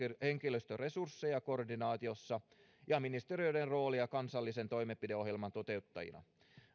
henkilöstöresursseja koordinaatiossa ja ministeriöiden roolia kansallisen toimenpideohjelman toteuttajina